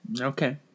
Okay